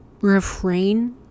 refrain